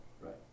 Right